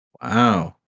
Wow